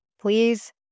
Please